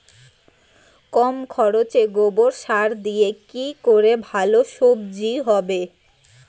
কম খরচে গোবর সার দিয়ে কি করে ভালো সবজি হবে?